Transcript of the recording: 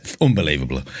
Unbelievable